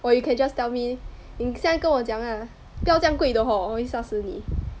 or you can just tell me 你现在跟我讲啊不要这样贵的 hor 我会吓死你